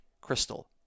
crystal